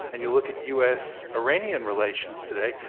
and you look at u. s. iranian relations today,